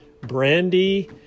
Brandy